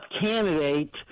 candidate